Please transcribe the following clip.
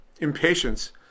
impatience